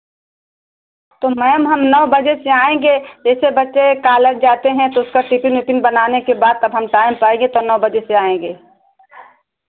तो मैम हम नौ बजे से आएँगे जैसे बच्चे कॉलेज जाते हैं तो उसका टिफ़िन ओफ़िन बनाने के बाद तब हम टाइम पाएँगे तो नौ बजे से आएँगे